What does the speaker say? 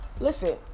Listen